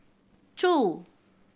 two